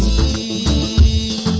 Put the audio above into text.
e